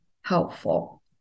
helpful